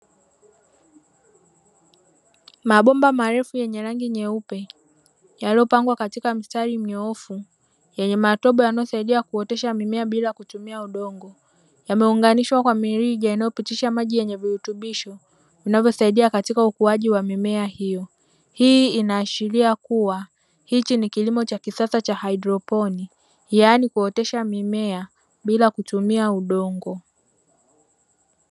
Mabomba marefu yenye rangi nyeupe, yaliyopagwa katika mstari mnyoofu, yenye matobo yanayosaidia kuotesha mimea bila kutumia udongo, yameunganishwa kwa mirija inayopitisha maji yenye virutubisho vinavyosaidia katika ukuaji wa mimea hiyo, hii inaashilia kuwa hichi ni kilimo cha kisasa cha haidroponi yaani kuotesha mimea bila kutumia udongo.